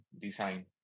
design